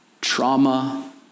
trauma